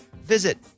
visit